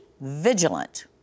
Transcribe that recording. vigilant